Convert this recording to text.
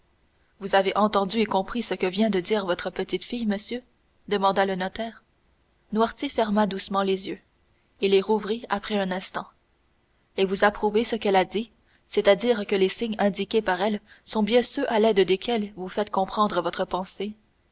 vous avez entendu et compris ce que vient de dire votre petite-fille monsieur demanda le notaire noirtier ferma doucement les yeux et les rouvrit après un instant et vous approuvez ce qu'elle a dit c'est-à-dire que les signes indiqués par elle sont bien ceux à l'aide desquels vous faites comprendre votre pensée